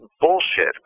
bullshit